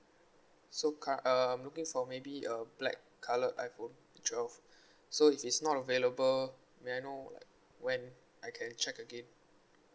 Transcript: so curr~ uh I'm looking for maybe uh black colour iphone twelve so if it's not available may I know like when I can check again